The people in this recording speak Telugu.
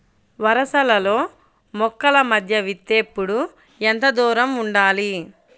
వరసలలో మొక్కల మధ్య విత్తేప్పుడు ఎంతదూరం ఉండాలి?